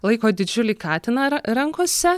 laiko didžiulį katiną ra rankose